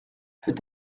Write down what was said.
peut